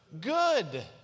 good